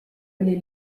oli